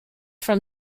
from